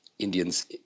Indians